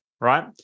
right